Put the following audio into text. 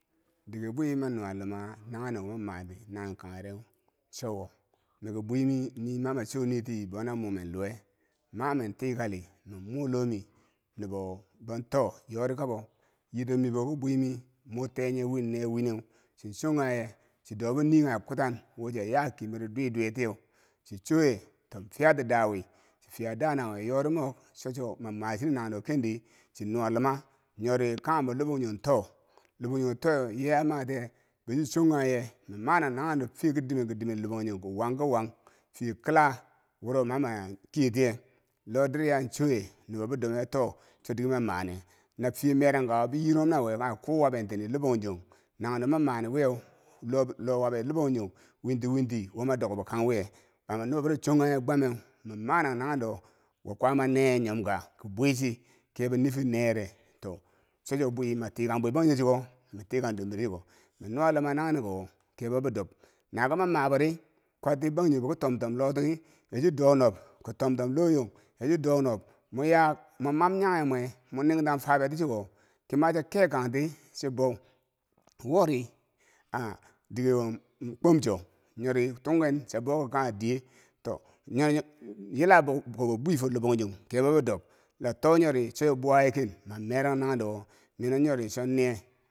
Diike bwe manu wa luma nanghan do wo mamani nanghen kanghen reweu chuwo, miki bwimi mi mama cho nii ti bona momen luwe mamen tikali min mo lomi nubo bonto yori kabo yitib miboki bwe mi mud tee- nye- win ne- nye wineu chin chon kanye chi dobo nikanghe kutan who chiya ya kemero dwi dwiye tiyeu chinchoye to fiyati da wi chi fiya da naweu yorimok chocho mamacinen nanghe do ken di chinuwaluma nyori kanghumbo lobangjong to lobangjong to nye amatiye boochi chongannye man marangran naghen do fiye ki dimen kidemen fo lobangjong ki wang kiwank fiye kila wuro mama kiye tiya lodirya choye nubobi dome to chodike ma mane na fiye merangkako boyironghum naweu, kanghe ku wabe tini lanbangjong nanghendo ma mani wiyeu lo wabeu labangjong winti winti womadok bo kang wiye kanghe nuboburo chongkangye gwameu minmaran naghen dowo kwama ne ye nyomka ki bwichi kebo nifir niyere to, Chocho bwi ma tikan bwe bangjighe chugo min tikang dor miro chuko minnuwa luma naghenne ko wo kebe bidob naki mamabori kwatti bangjighebo kitomtom lotighe yachidou nob ki tomtom lo- nyong yachi dounob moya munman nyaghe mwe mo ningtang fabe tichuko kima cha kee kangti cibou wori ha dikewo komchi nyori tunghen chia boki kanghe diye to, yila bo kibo bwi fo labangjong kebo bi dob lato nyo ri chobuwa ye ken mamerang nanghendo wo mino nyori chonnier.